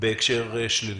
בהקשר שלילי.